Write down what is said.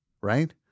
right